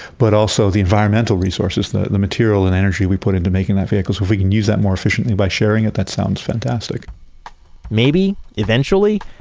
but also the environmental resources, the the material, and energy we put into making that vehicle. so if we can use that more efficiently by sharing it, that sounds fantastic maybe eventually,